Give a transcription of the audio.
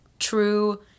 true